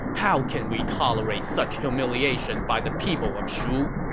how can we tolerate such humiliation by the people of shu?